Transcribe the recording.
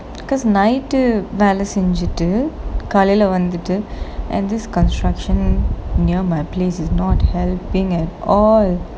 because night வேல செஞ்சிட்டு காலைல வந்துட்டு:vela senjitu kalaila vanthutu and this construction near my place is not helping at all